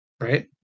right